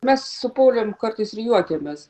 mes su paulium kartais ir juokiamės